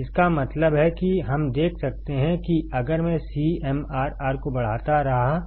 इसका मतलब है कि हम देख सकते हैं कि अगर मैं CMRR को बढ़ाता रहा